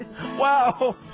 Wow